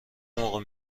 موقع